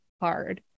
hard